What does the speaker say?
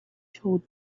told